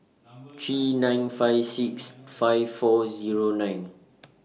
three nine five six five four Zero nine